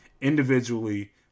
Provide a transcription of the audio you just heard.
individually